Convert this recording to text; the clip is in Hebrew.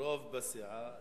רוב בסיעה,